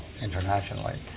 internationally